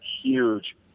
huge